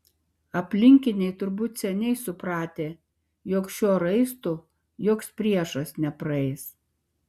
aplinkiniai turbūt seniai supratę jog šiuo raistu joks priešas nepraeis